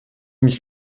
mich